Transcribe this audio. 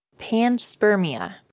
Panspermia